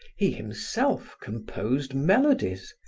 he himself composed melodies,